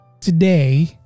today